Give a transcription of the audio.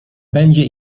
będzie